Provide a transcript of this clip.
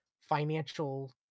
financial